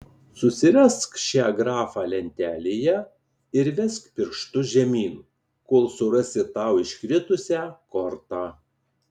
susirask šią grafą lentelėje ir vesk pirštu žemyn kol surasi tau iškritusią kortą